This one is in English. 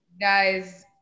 guys